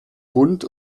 bund